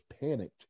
panicked